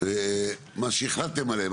מה שהחלטתם עליהם,